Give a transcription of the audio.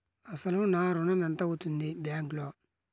అసలు నా ఋణం ఎంతవుంది బ్యాంక్లో?